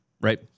right